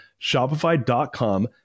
Shopify.com